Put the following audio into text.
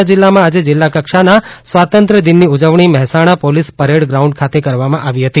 મહેસાણા જીલ્લામાં આજે જિલ્લા કક્ષાના સ્વાતંત્ર્ય દિનની ઉજવણી મહેસાણા પોલીસ પરેડ ગ્રાઉન્ડ ખાતે કરવામાં આવી હતી